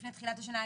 לפני תחילת השנה,